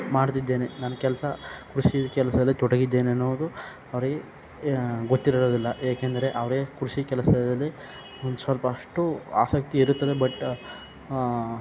ಮಾಡುತ್ತಿದ್ದೇನೆ ನನ್ನ ಕೆಲಸ ಕೃಷಿ ಕೆಲಸದಲ್ಲಿ ತೊಡಗಿದ್ದೇನೆ ಅನ್ನುವುದು ಅವರಿಗೆ ಗೊತ್ತಿರೋದಿಲ್ಲ ಏಕೆಂದರೆ ಅವರೇ ಕೃಷಿ ಕೆಲಸದಲ್ಲಿ ಒಂದು ಸ್ವಲ್ಪ ಅಷ್ಟು ಆಸಕ್ತಿ ಇರುತ್ತದೆ ಬಟ್